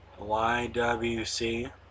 YWC